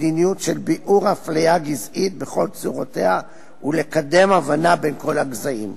מדיניות של ביעור אפליה גזעית בכל צורותיה ולקדם הבנה בין כל הגזעים.